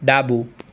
ડાબું